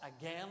again